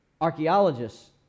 Archaeologists